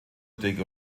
dick